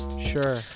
Sure